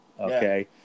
okay